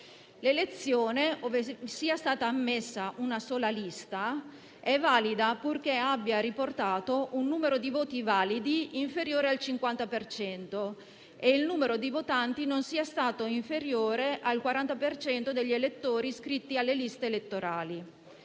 L'elezione, ove sia stata ammessa una sola lista, è valida purché abbia riportato un numero di voti validi inferiore al 50 per cento e il numero dei votanti non sia stato inferiore al 40 per cento degli elettori iscritti alle liste elettorali.